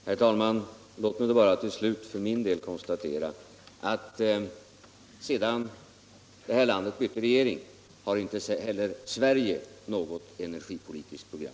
Herr talman! Låt mig då bara till slut för min del konstatera att sedan det här landet bytte regering har inte heller Sverige något energipolitiskt program.